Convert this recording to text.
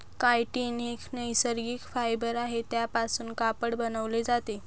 chitin एक नैसर्गिक fibre आहे त्यापासून कापड बनवले जाते